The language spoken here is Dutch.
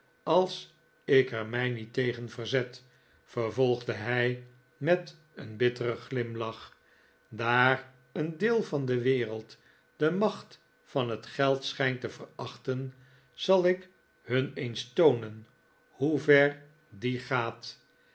als ik er mij niet tegen verzet vervolgde hij met een bitteren glimlach daar een deel van de wereld de macht van het geld schijnt te verachten zal ik hun eens toonen hoever die gaat